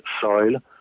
soil